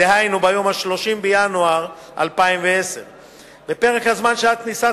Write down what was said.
דהיינו ביום 30 בינואר 2010. בפרק הזמן שעד כניסת